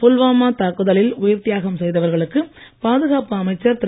புல்வாமா தாக்குதலில் உயிர்த் தியாகம் செய்தவர்களுக்கு பாதுகாப்பு அமைச்சர் திரு